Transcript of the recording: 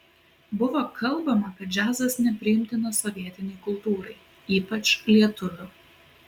buvo kalbama kad džiazas nepriimtinas sovietinei kultūrai ypač lietuvių